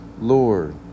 Lord